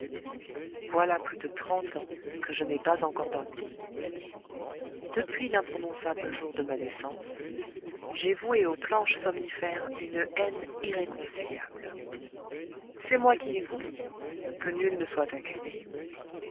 voilà plus de trente ans que je n'ai pas encore dormi depuis l'imprononçable jour de ma naissance j'ai voué aux planches somnifères une haine irréconciliable c'est moi qui l'ai voulu que nul ne soit accusé